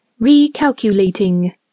Recalculating